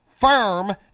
firm